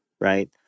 right